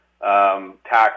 tax